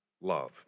love